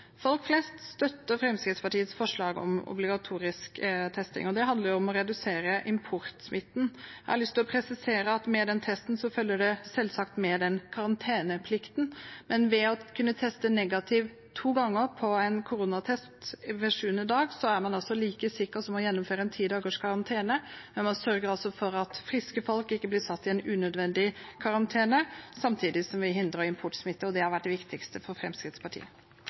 Folk flest støtter Fremskrittspartiets forslag om obligatorisk testing, og det handler om å redusere importsmitten. Jeg har lyst til å presisere at med den testen følger det selvsagt med en karanteneplikt, men ved å ha testet negativt to ganger på en koronatest ved sjuende dag er man altså like sikker som ved å gjennomføre en ti dagers karantene. Men man sørger for at friske folk ikke blir satt i en unødvendig karantene, samtidig som vi hindrer importsmitte, og det har vært det viktigste for Fremskrittspartiet.